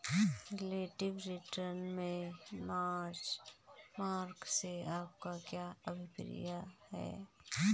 Relative return में benchmark से आपका क्या अभिप्राय है?